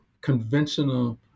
conventional